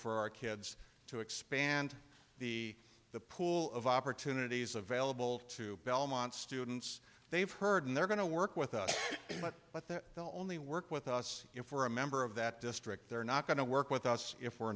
for our kids to expand the the pool of opportunities available to belmont students they've heard and they're going to work with us but they're the only work with us in for a member of that district they're not going to work with us if we're